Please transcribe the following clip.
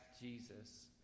Jesus